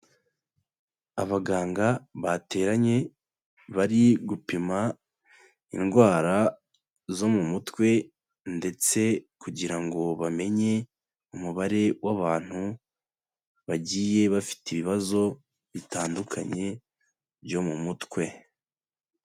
Abaganga bateranye, bari gupima indwara zo mu mutwe ndetse kugira ngo bamenye umubare w'abantu bagiye bafite ibibazo bitandukanye byo mu mutwe.